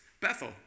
Bethel